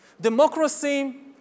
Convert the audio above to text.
Democracy